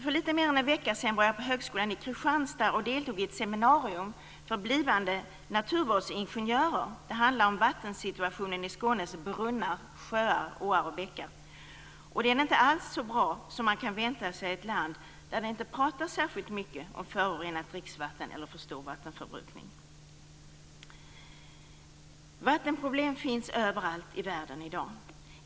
För litet mer än en vecka sedan var jag på högskolan i Kristianstad och deltog i ett seminarium för blivande naturvårdsingenjörer. Seminariet handlade om vattensituationen i Skånes brunnar, sjöar, åar och bäckar. Och den är inte alls så bra som man kan vänta sig i ett land där det inte pratas särskilt mycket om förorenat dricksvatten eller för stor vattenförbrukning. Vattenproblem finns överallt i världen i dag.